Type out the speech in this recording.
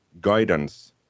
guidance